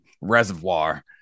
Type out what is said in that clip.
reservoir